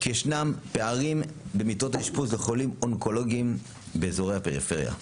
כי ישנם פערים במיטות האשפוז לחולים אונקולוגים באזורי הפריפריה,